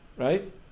Right